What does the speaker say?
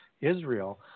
Israel